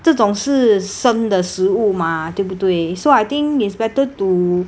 这种是生的食物 mah 对不对 so I think it's better to